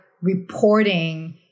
reporting